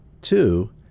Two